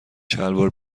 شلوار